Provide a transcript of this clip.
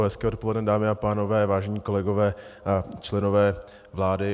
Hezké odpoledne, dámy a pánové, vážení kolegové, členové vlády.